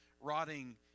rotting